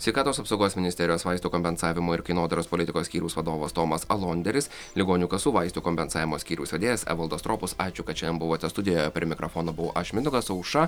sveikatos apsaugos ministerijos vaistų kompensavimo ir kainodaros politikos skyriaus vadovas tomas alonderis ligonių kasų vaistų kompensavimo skyriaus vedėjas evaldas stropus ačiū kad šiandien buvote studijoje prie mikrofono buvau aš mindaugas aušra